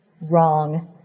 Wrong